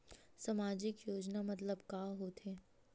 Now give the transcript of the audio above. सामजिक योजना मतलब का होथे?